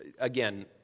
again